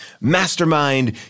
mastermind